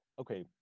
Okay